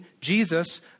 Jesus